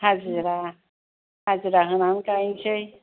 हाजिरा हाजिरा होनानै गायसै